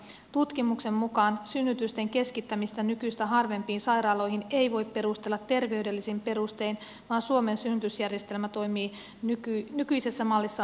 tutkimuksen mukaan synnytysten keskittämistä nykyistä harvempiin sairaaloihin ei voi perustella terveydellisin perustein vaan suomen synnytysjärjestelmä toimii nykyisessä mallissaan hyvin